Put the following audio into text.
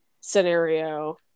scenario